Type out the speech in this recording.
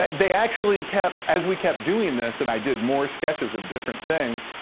they actually kept as we kept doing this and i did more sketches of different things,